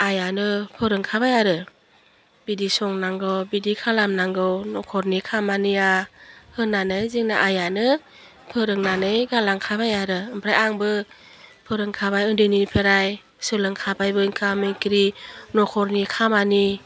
आयानो फोरोंखाबाय आरो बिदि संनांगौ बिदि खालामनांगौ नखरनि खामानिया होन्नानै जोंना आइयानो फोरोंनानै गालांखाबाय आरो आमफ्राइ आंबो फोरोंखाबाय उन्दैनिफ्राइ सोलोंखाबायबो ओंखाम ओंख्रि नखरनि खामानि